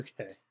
Okay